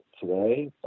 today